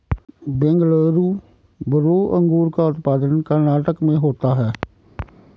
Bengaluru blue अंगूर का उत्पादन कर्नाटक में होता है